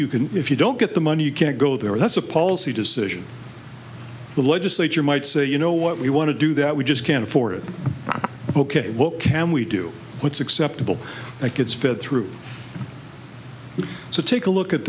you can if you don't get the money you can't go there or that's a policy decision the legislature might say you know what we want to do that we just can't afford it ok what can we do what's acceptable i could fit through so take a look at